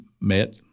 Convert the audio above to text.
met